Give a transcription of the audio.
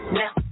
now